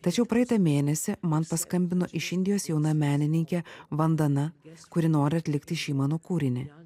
tačiau praeitą mėnesį man paskambino iš indijos jauna menininkė vandana kuri nori atlikti šį mano kūrinį